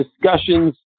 discussions